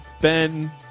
Ben